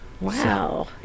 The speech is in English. Wow